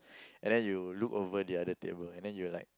and then you look over the other table and then you're like